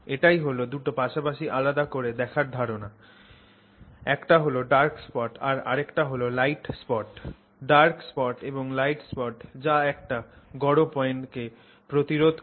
এটাই হল দুটো পাশাপাশি আলাদা করে দেখার ধারণা একটা হল ডার্ক স্পট আর আরেকটা হল লাইট স্পট ডার্ক স্পট এবং লাইট স্পট যা একটা গড় পয়েন্ট কে প্রতিরোধ করে